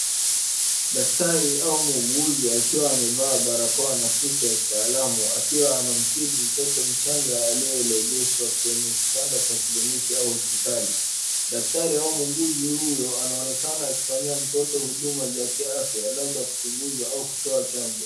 Daktari au muuguzi akiwa amevaa barakoa na suti ya kitaalamu, akiwa anamtibu mtoto mchanga aliyeelegeshwa kwenye kutanda cha kliniki au hospitali. Daktari au muuguzi huyo anaonekana akifanyia mtoto huduma za kiafya, labda kuchunguza au kutoa chanjo.